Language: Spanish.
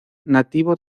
nativo